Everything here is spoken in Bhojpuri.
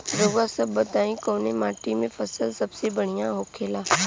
रउआ सभ बताई कवने माटी में फसले सबसे बढ़ियां होखेला?